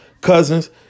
cousins